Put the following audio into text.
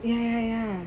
ya ya ya